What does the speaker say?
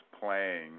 playing